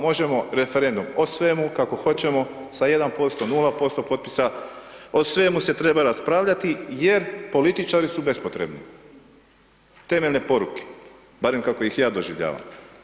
Možemo referendum o svemu, kako hoćemo, sa 1%, 0% potpisa, o svemu se treba raspravljati, jer političari su bespotrebni, temeljne poruke, barem kako ih ja doživljavam.